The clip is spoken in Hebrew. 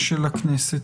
הכנסת.